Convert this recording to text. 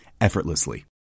effortlessly